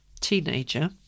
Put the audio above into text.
teenager